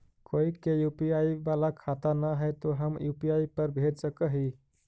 कोय के यु.पी.आई बाला खाता न है तो हम यु.पी.आई पर भेज सक ही?